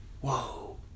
Whoa